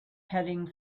heading